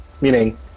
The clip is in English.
meaning